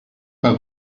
pas